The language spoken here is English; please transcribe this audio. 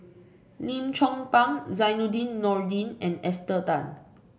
Lim Chong Pang Zainudin Nordin and Esther Tan